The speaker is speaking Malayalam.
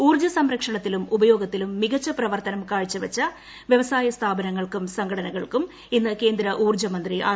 ഊർജ്ജ സംരക്ഷണത്തിലും ഉപയോഗത്തിലും മികച്ച പ്രവർത്തനം കാഴ്ചവച്ച വ്യവസായ സ്ഥാപനങ്ങൾക്കും സംഘടനകൾക്കും ഇന്ന് കേന്ദ്ര ഊർജ്ജമന്ത്രി ആർ